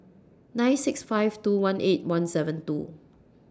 nine seven six five two one eight one seven two